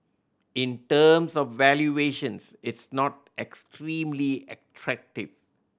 in terms of valuations it's not extremely attractive